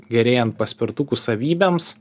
gerėjant paspirtukų savybėms